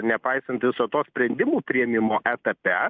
nepaisant viso to sprendimų priėmimo etape